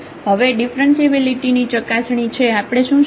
હવે ડીફરન્સીએબિલિટી ની ચકાસણી છે આપણે શું શીખ્યા